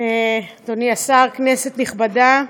אדוני השר, כנסת נכבדה,